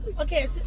Okay